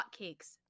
hotcakes